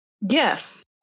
Yes